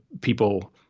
people